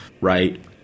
right